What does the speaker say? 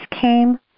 came